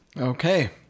Okay